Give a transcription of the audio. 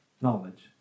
knowledge